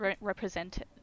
represented